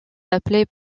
appelée